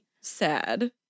sad